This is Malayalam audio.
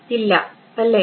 ഇല്ല അല്ലേ